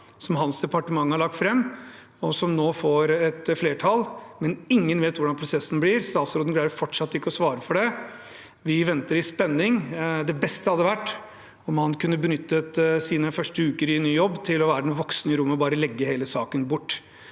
som hans departement har lagt fram, og som nå får et flertall – uten at noen vet hvordan prosessen blir. Statsråden greier fortsatt ikke å svare på det. Vi venter i spenning. Det beste hadde vært om han kunne benyttet sine første uker i ny jobb til å være den voksne i rommet og bare legge hele saken bort,